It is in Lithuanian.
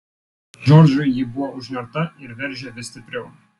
džordžui ji buvo užnerta ir veržė vis stipriau